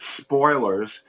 spoilers